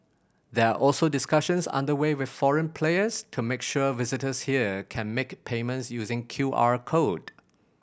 there are also discussions under way with foreign players to make sure visitors here can make payments using Q R code